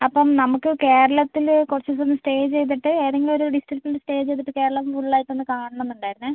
അപ്പം നമുക്ക് കേരളത്തിൽ കുറച്ച് ദിവസം സ്റ്റേ ചെയ്തിട്ട് ഏതെങ്കിലും ഒരു ഡിസ്ട്രിക്ടിൽ സ്റ്റേ ചെയ്തിട്ട് കേരളം ഫുൾ ആയിട്ട് ഒന്ന് കാണണമെന്ന് ഇണ്ടായിരിന്നേ